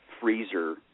freezer